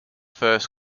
first